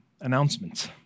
announcements